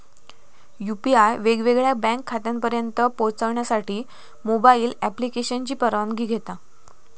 UPI वेगवेगळ्या bank खात्यांपर्यंत पोहचण्यासाठी मोबाईल ॲप्लिकेशनची परवानगी घेता